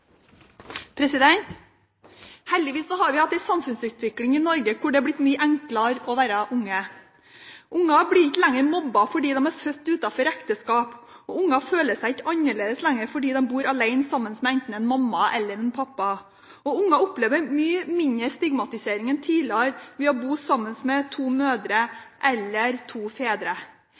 mor. Heldigvis har vi hatt en samfunnsutvikling i Norge hvor det har blitt mye enklere å være unge. Unger blir ikke lenger mobbet fordi de er født utenfor ekteskap, og unger føler seg heller ikke lenger annerledes fordi de bor alene sammen med enten en mamma eller en pappa. Unger opplever mye mindre stigmatisering enn tidligere om man bor sammen med to mødre eller to fedre.